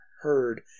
heard